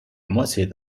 емоції